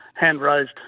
hand-raised